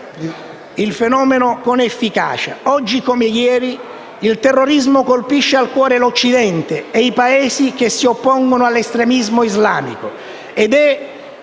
ISGRO' *(FI-PdL XVII)*. Oggi come ieri il terrorismo colpisce al cuore l'Occidente e i Paesi che si oppongono all'estremismo islamico ed è